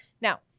Now